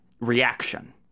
reaction